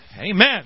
Amen